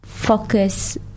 focus